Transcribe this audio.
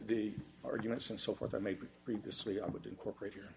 the arguments and so forth i made previously i would incorporate here